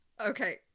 Okay